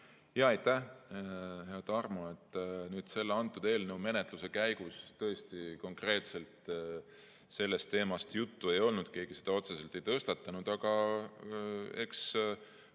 Aitäh, hea Tarmo! Selle eelnõu menetluse käigus tõesti konkreetselt sellest teemast juttu ei olnud, keegi seda otseselt ei tõstatanud. Aga eks